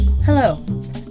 Hello